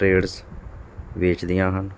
trades ਵੇਚਦੀਆਂ ਹਨ